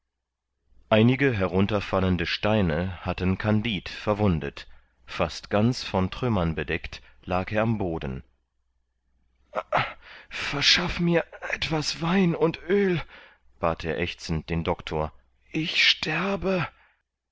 einige herunterfallende steine hatten kandid verwundet fast ganz von trümmern bedeckt lag er am boden verschaff mir etwas wein und oel bat er ächzend den doctor ich sterbe